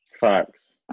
Facts